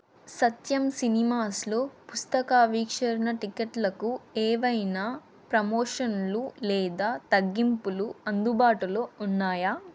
సత్యం సినిమాస్లో పుస్తకావీక్షరణ టిక్కెట్లకు ఏవైనా ప్రమోషన్లు లేదా తగ్గింపులు అందుబాటులో ఉన్నాయా